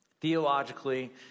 Theologically